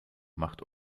macht